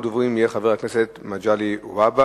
ראשון הדוברים יהיה חבר הכנסת מגלי והבה,